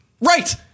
Right